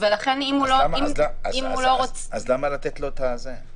ולכן אם הוא לא רוצה --- אז למה לתת לו את זה?